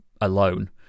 alone